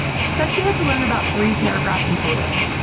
she said she had to learn about three paragraphs in total.